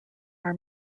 are